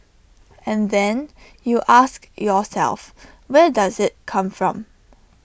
and then you ask yourself where does IT come from